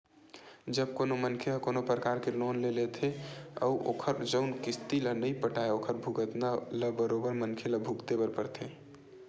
जब कोनो मनखे ह कोनो परकार के लोन ले लेथे अउ ओखर जउन किस्ती ल नइ पटाय ओखर भुगतना ल बरोबर मनखे ल भुगते बर परथे